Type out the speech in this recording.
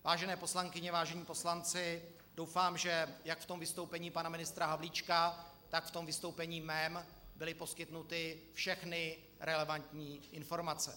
Vážené poslankyně, vážení poslanci, doufám, že jak ve vystoupení pana ministra Havlíčka, tak v mém vystoupení byly poskytnuty všechny relevantní informace.